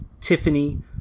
Tiffany